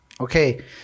Okay